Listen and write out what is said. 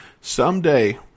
Someday